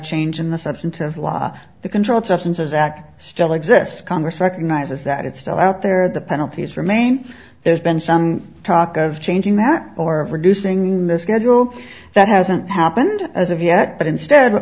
change in the substantive law the controlled substances act still exists congress recognizes that it's still out there the penalties remain there's been some talk of changing that or reducing in this good rule that hasn't happened as of yet but instead